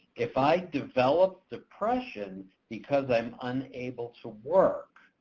if i develop depression because i'm unable to work,